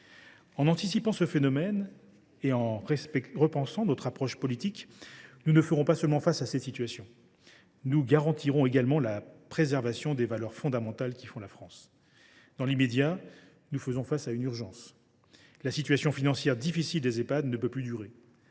En anticipant ce phénomène et en repensant notre approche politique, nous ne ferons pas seulement face à cette situation : nous garantirons également la préservation des valeurs fondamentales qui font la France. Dans l’immédiat, nous faisons face à une urgence : la situation financière difficile des Ehpad ne peut plus durer